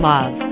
Love